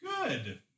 Good